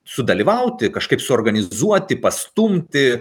sudalyvauti kažkaip suorganizuoti pastumti